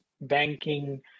banking